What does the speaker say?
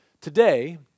Today